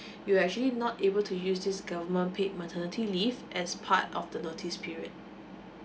you will actually not able to use this government paid maternity leave as part of the notice period